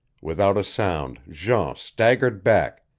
without a sound jean staggered back,